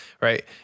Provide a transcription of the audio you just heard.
Right